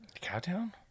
Cowtown